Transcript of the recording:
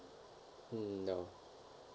mm no